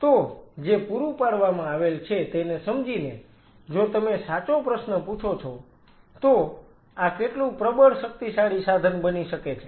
તો જે પૂરું પાડવામાં આવેલ છે તેને સમજીને જો તમે સાચો પ્રશ્ન પૂછો છો તો આ કેટલું પ્રબળ શક્તિશાળી સાધન બની શકે છે